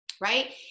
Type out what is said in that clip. right